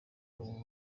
ubu